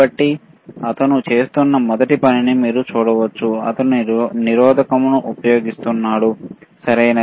కాబట్టి అతను చేస్తున్న మొదటి పనిని మీరు చూడవచ్చు అతను నిరోధకంను ఉపయోగిస్తున్నాడు సరియైనది